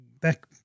back